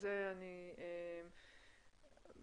או שהמידע הזה הוא תצפיות בודדות,